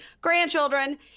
grandchildren